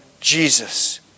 Jesus